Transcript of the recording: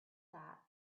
that